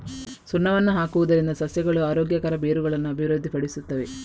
ಸುಣ್ಣವನ್ನು ಹಾಕುವುದರಿಂದ ಸಸ್ಯಗಳು ಆರೋಗ್ಯಕರ ಬೇರುಗಳನ್ನು ಅಭಿವೃದ್ಧಿಪಡಿಸುತ್ತವೆ